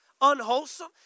unwholesome